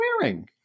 wearing